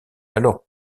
alors